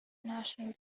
national